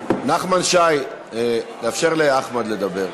נחמן שי, תאפשר לאחמד לדבר,